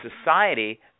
society